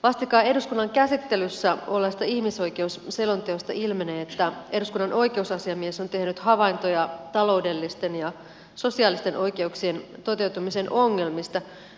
vastikään eduskunnan käsittelyssä olleesta ihmisoikeusselonteosta ilmenee että eduskunnan oikeusasiamies on tehnyt havaintoja taloudellisten ja sosiaalisten oikeuksien toteutumisen ongelmista